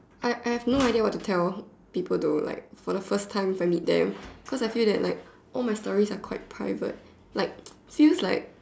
I I have no idea what tell people though like for the first time if I meet them cause I feel that like all my stories are quite private like feels like